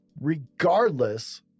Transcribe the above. regardless